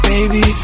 Baby